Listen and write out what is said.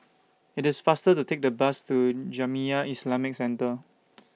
IT IS faster to Take The Bus to Jamiyah Islamic Centre